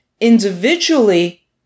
Individually